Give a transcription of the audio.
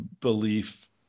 belief